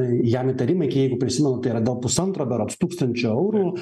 jam įtarimai jeigu prisimenu tai yra dėl pusantro berods tūkstančio eurų